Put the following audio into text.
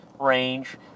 range